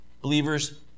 Believers